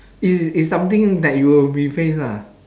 is is something that you will be face lah